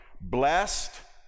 Blessed